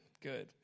Good